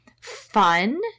fun